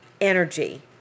energy